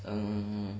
um